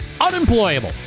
unemployable